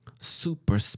super